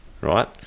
right